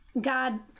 God